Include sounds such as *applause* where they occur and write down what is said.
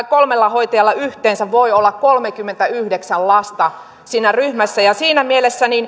*unintelligible* kolmella hoitajalla yhteensä voi olla kolmekymmentäyhdeksän lasta siinä ryhmässä siinä mielessä